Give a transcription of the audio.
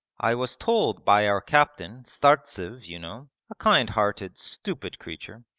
i was told by our captain, startsev you know, a kind-hearted stupid creature.